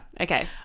Okay